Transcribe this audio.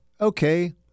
Okay